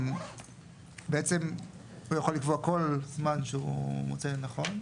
בעצם הוא יכול לקבוע כל זמן שהוא מוצא לנכון.